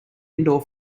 indoor